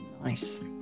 Nice